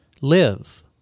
live